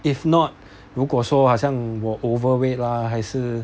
if not 如果说好像我 overweight 啦还是